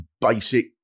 basic